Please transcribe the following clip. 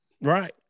Right